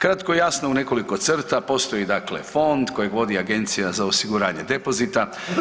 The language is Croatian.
Kratko i jasno u nekoliko crta postoji dakle fond kojeg vodi Agencija za osiguranje depozita.